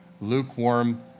lukewarm